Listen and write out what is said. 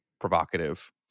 provocative